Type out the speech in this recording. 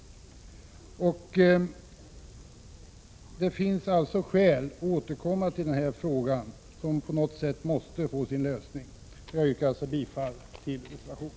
Det finns alltså skäl att återkomma till denna fråga som på något sätt måste få sin lösning. Jag yrkar bifall till reservationen.